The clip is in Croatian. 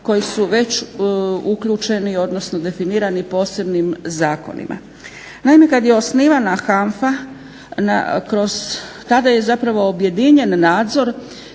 koji su već uključeni, odnosno definirani posebnim zakonima. Naime, kad je osnivana HANFA tada je zapravo objedinjen nadzor